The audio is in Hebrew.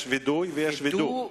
יש וידוי ויש וידוא.